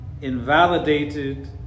Invalidated